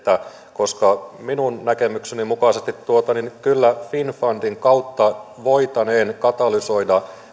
mieltä koska minun näkemykseni mukaisesti finnfundin kautta voitaneen katalysoida